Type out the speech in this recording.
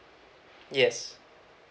yes